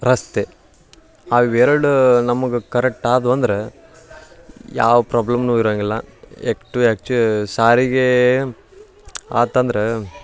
ರಸ್ತೆ ಅವು ಎರಡೂ ನಮಗೆ ಕರೆಕ್ಟ್ ಆದ್ವು ಅಂದ್ರೆ ಯಾವ ಪ್ರಾಬ್ಲಮ್ನೂ ಇರೋಂಗಿಲ್ಲ ಎಕ್ಟು ಆ್ಯಕ್ಚು ಸಾರಿಗೆ ಆತಂದ್ರೆ